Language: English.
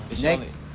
Next